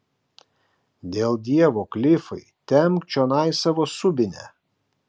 dėl dievo klifai tempk čionai savo subinę